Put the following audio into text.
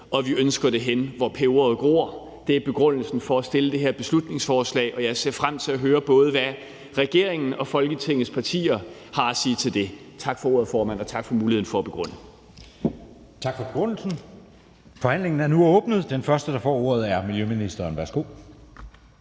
og vi ønsker det hen, hvor peberet gror. Det er begrundelsen for at fremsætte det her beslutningsforslag, og jeg ser frem til at høre, hvad både regeringen og Folketingets partier har at sige til det. Tak for ordet, formand, og tak for muligheden for at begrunde. Kl. 13:56 Anden næstformand (Jeppe Søe): Tak for begrundelsen. Forhandlingen er nu åbnet. Den første, der får ordet, er miljøministeren. Værsgo.